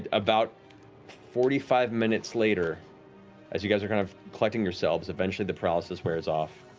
about forty five minutes later as you guys are kind of collecting yourselves eventually the paralysis wears off.